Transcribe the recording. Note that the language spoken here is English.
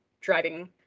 driving